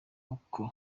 uko